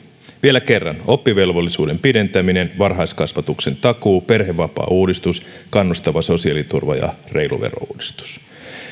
vielä kerran oppivelvollisuuden pidentäminen varhaiskasvatuksen takuu perhevapaauudistus kannustava sosiaaliturva ja reilu verouudistus